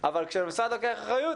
אבל כשהמשרד לוקח אחריות,